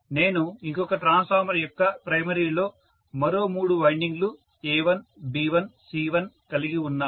నేను ఇంకొక ట్రాన్స్ఫార్మర్ యొక్క ప్రైమరీ లో మరో మూడు వైండింగ్ లు A1B1C1 కలిగి ఉన్నాను